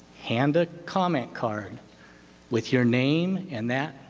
hand a comment card with your name and that